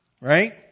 Right